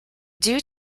due